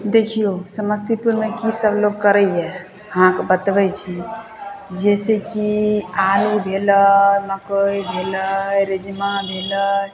देखियौ समस्तीपुरमे की सब लोक करैया अहाँके बतबै छी जैसे कि आलू भेलै मकइ भेलै रैजमा भेलै